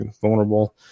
vulnerable